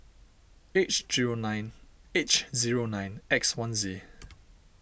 H zero nine H zero nine X one Z